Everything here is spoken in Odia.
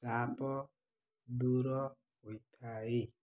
ଚାପ ଦୂର ହୋଇଥାଏ